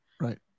right